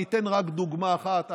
אני אתן רק דוגמה אחת,